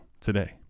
today